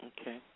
Okay